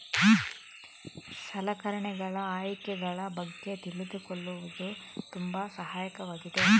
ಸಲಕರಣೆಗಳ ಆಯ್ಕೆಗಳ ಬಗ್ಗೆ ತಿಳಿದುಕೊಳ್ಳುವುದು ತುಂಬಾ ಸಹಾಯಕವಾಗಿದೆ